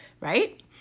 right